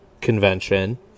convention